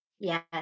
Yes